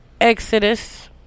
Exodus